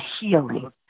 healing